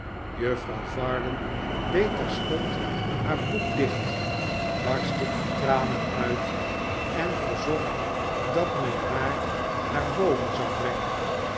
juffrouw varden deed terstond haar boek dicht barstte in tranen uit en verzocht dat men haar naar boven zou brengen